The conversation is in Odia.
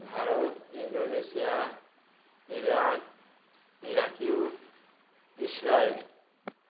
Bharat Indonesia Iran Iraq Israel